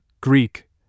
Greek